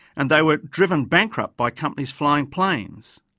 and they were driven bankrupt by companies flying planes.